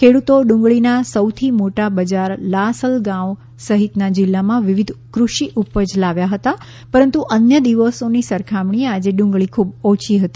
ખેડૂતો ડુંગળીના સૌથી મોટા બજાર લાસલગાંવ સહિતના જિલ્લામાં વિવિધ કૃષિ ઉપજ લાવ્યા હતા પરંતુ અન્ય દિવસોની સરખામણીએ આજે ડુંગળી ખૂબ ઓછી હતી